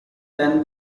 than